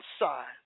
inside